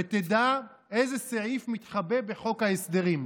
ותדע איזה סעיף מתחבא בחוק ההסדרים.